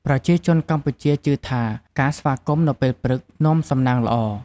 ប្រជាជនកម្ពុជាជឿថា ការស្វាគមន៍នៅពេលព្រឹក នាំសំណាងល្អ។